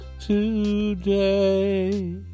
today